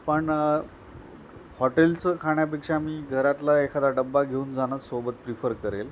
पण हॉटेलचं खाण्यापेक्षा मी घरातला एखादा डब्बा घेऊन जाणं सोबत प्रिफर करेल